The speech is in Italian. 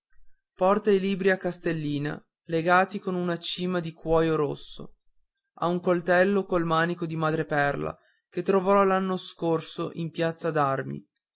porta i libri a castellina legati con una cigna di cuoio rosso ha un coltello col manico di madreperla che trovò l'anno passato in piazza